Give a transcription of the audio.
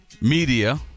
media